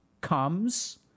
comes